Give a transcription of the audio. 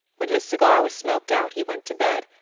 when his cigar was smoked out he went to bed,